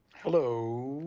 hello.